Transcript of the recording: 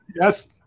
Yes